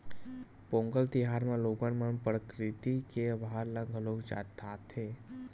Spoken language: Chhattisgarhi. पोंगल तिहार म लोगन मन प्रकरिति के अभार घलोक जताथे